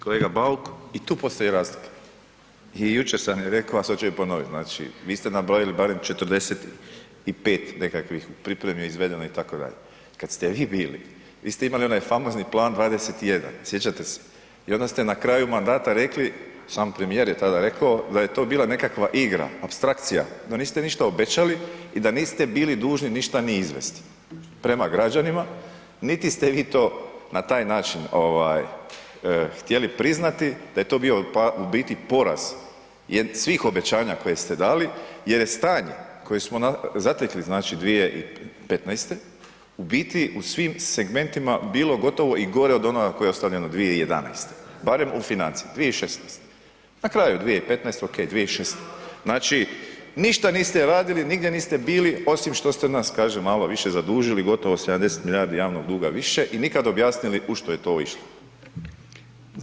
Kolega Bauk, i tu postoji razlika i jučer sam i rekao, a sad ću i ponoviti, znači vi ste nabrojili barem 45 nekakvih u pripremi izvedeno itd., kad ste vi bili, vi ste imali onaj famozni plan 21, sjećate se i onda ste na kraju mandata rekli, sam premijer je tada rekao da je to bila nekakva igra, apstrakcija, da niste ništa obećali i da niste bili dužni ništa ni izvesti prema građanima, niti ste vi to na taj način ovaj htjeli priznati da je to bio u biti poraz svih obećanja koje ste dali jer je stanje koje smo zatekli znači 2015. u biti u svim segmentima bilo gotovo i gore od onoga koje je ostavljeno 2011., barem u financijama, 2016., na kraju 2015. ok, 2016., znači ništa niste radili, nigdje niste bili osim što ste nas, kažem, malo više zadužili, gotovo 70 milijardi javnog duga više i nikad objasnili u što je to išlo.